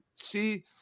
see